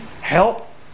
help